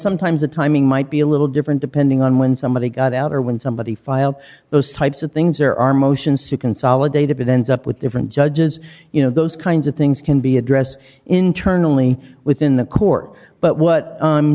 sometimes the timing might be a little different depending on when somebody's got out or when somebody filed those types of things there are motions to consolidate if it ends up with different judges you know those kinds of things can be addressed internally within the court but what